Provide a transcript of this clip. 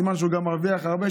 סימן שהוא גם מרוויח הרבה,